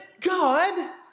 God